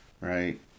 right